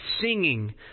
singing